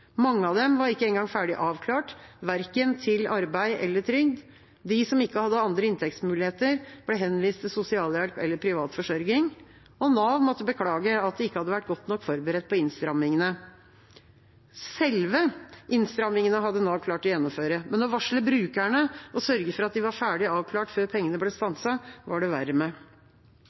Mange av dem var ikke engang ferdig avklart, verken til arbeid eller trygd. De som ikke hadde andre inntektsmuligheter, ble henvist til sosialhjelp eller privat forsørging, og Nav måtte beklage at de ikke hadde vært godt nok forberedt på innstrammingene. Selve innstrammingene hadde Nav klart å gjennomføre, men å varsle brukerne og å sørge for at de var ferdig avklart før pengene ble stanset, var det